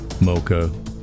Mocha